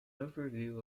overview